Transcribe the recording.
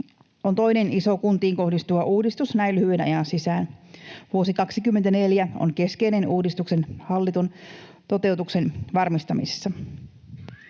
on toinen iso kuntiin kohdistuva uudistus näin lyhyen ajan sisään. Vuosi 24 on keskeinen uudistuksen hallitun toteutuksen varmistamisessa.